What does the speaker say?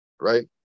right